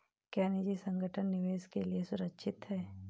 क्या निजी संगठन निवेश के लिए सुरक्षित हैं?